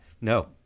no